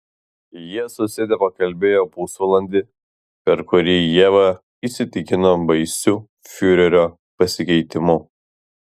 jie susėdę pakalbėjo pusvalandį per kurį ieva įsitikino baisiu fiurerio pasikeitimu